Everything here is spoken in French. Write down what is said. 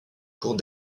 cours